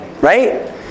Right